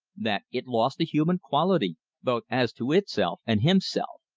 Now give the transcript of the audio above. that it lost the human quality both as to itself and himself.